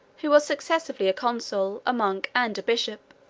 who was successively a consul, a monk, and a bishop.